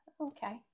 okay